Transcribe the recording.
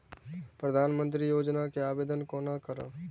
प्रधानमंत्री योजना के आवेदन कोना करब?